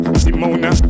simona